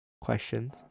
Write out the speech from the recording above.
questions